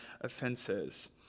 offenses